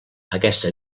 aquesta